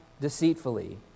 deceitfully